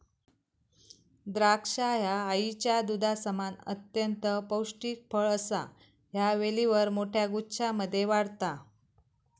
द्राक्षा ह्या आईच्या दुधासमान अत्यंत पौष्टिक फळ असा ह्या वेलीवर मोठ्या गुच्छांमध्ये वाढता